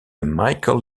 michael